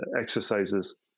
exercises